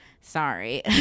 sorry